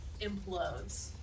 implodes